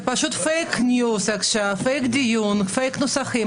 זה פשוט פייק ניוז עכשיו, פייק דיון, פייק נוסחים.